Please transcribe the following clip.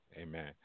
Amen